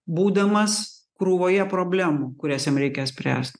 būdamas krūvoje problemų kurias jam reikia spręst